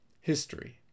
History